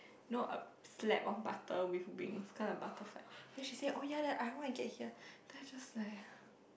no a slab of butter with wings cause like butterfly then she said oh ya I want to get here I was just like